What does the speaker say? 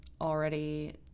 already